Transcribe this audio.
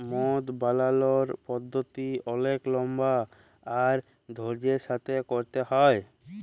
মদ বালালর পদ্ধতি অলেক লম্বা আর ধইর্যের সাথে ক্যইরতে হ্যয়